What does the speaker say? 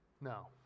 No